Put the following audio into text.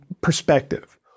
perspective